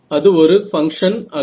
அது ஒரு பங்க்ஷன் அல்ல